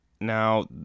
Now